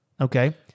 Okay